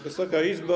Wysoka Izbo!